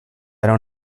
don’t